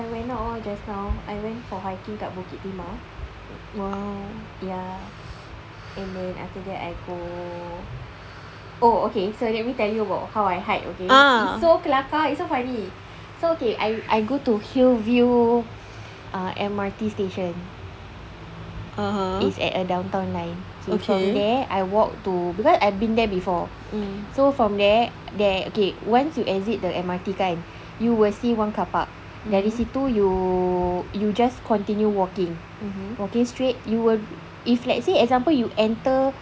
oh I went out ah just now I went for hiking kat bukit timah yeah and then after that I go oh okay so let me tell about how I hike okay so kelakar it's so funny so okay I go to hillview uh M_R_T station is at downtown line from there I walk to because I've been there before so from there there okay once you exit the M_R_T kan you will see one carpark dari situ you you just continue walking walking straight you will if let's say example you enter